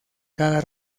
cada